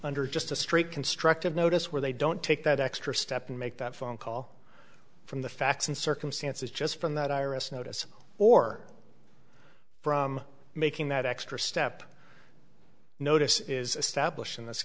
under just a straight constructive notice where they don't take that extra step and make that phone call from the facts and circumstances just from that iris notice or from making that extra step notice is stablished in this